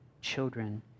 children